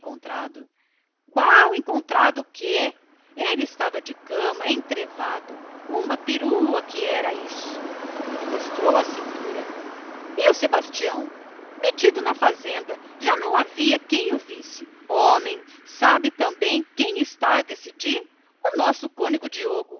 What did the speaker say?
alguma qual encontrado o quê estava de cama entrevado uma perna que era isto e o freitas mostrou a cintura e o sebastião perguntou o rapaz metido na fazenda já não havia quem o visse e acrescentou sem transição homem quer saber quem está a decidir o nosso cônego diogo